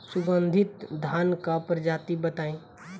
सुगन्धित धान क प्रजाति बताई?